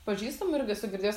pažįstamų irgi esu girdėjus